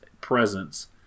presence